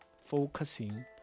focusing